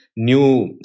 new